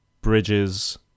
bridges